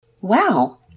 Wow